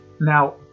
Now